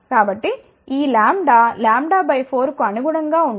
కాబట్టి ఈ λ λ 4 కు అనుగుణంగా ఉంటుంది